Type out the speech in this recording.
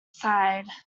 sighed